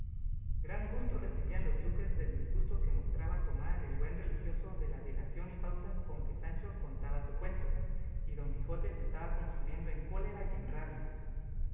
gran gusto recebían los duques del disgusto que mostraba tomar el buen religioso de la dilación y pausas con que sancho contaba su cuento y don quijote se estaba consumiendo en cólera y en rabia